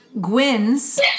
Gwyn's